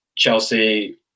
Chelsea